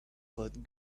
that